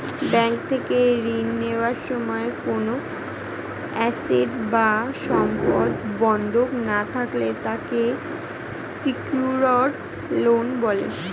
bank থেকে ঋণ নেওয়ার সময় কোনো অ্যাসেট বা সম্পদ বন্ধক না রাখলে তাকে সিকিউরড লোন বলে